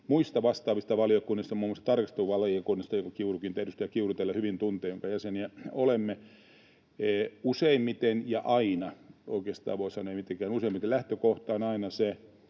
muista vastaavista valiokunnista, muun muassa tarkastusvaliokunnasta, jonka edustaja Kiurukin täällä hyvin tuntee ja jonka jäseniä olemme — että useimmiten ja oikeastaan voi sanoa aina lähtökohta on se,